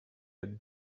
had